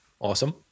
Awesome